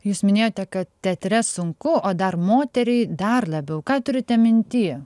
jūs minėjote kad teatre sunku o dar moteriai dar labiau ką turite minty